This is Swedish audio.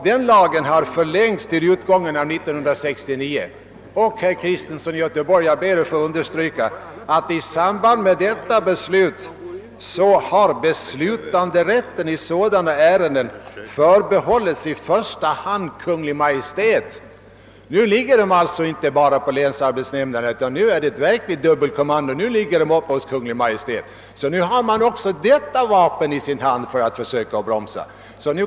Den lagen har förlängts till utgången av 1969, och, herr Kristenson, jag ber att få understryka att i samband härmed har beslutanderätten i sådana ärenden förbehållits i första hand Kungl. Maj:t. Nu behandlas alltså inte ärendena bara hos länsarbetsnämnden, utan man har infört ett verkligt dubbelkommando. Nu ligger de hos Kungl. Maj:t. Man har alltså även detta vapen i sin hand för att bromsa investeringarna.